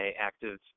active